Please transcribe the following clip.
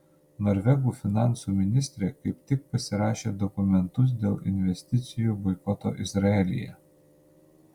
norvegų finansų ministrė kaip tik pasirašė dokumentus dėl investicijų boikoto izraelyje